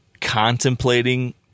contemplating